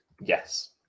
Yes